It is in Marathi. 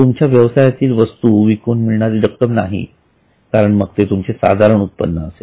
तुमच्या व्यवसायातील वस्तू विकून मिळणारी रक्कम नाही कारण मग ते तुमचे साधारण उत्पन्ना असेल